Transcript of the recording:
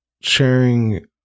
sharing